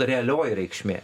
realioji reikšmė